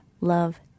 love